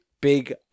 Big